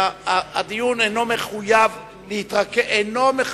הדיון אינו מחייב